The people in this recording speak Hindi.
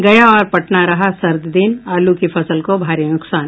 गया और पटना रहा सर्द दिन आलू की फसल का भारी नुकसान